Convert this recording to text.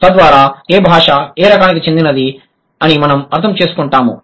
తద్వారా ఏ భాష ఏ రకానికి చెందినది అని మనం అర్థం చేసుకుంటాము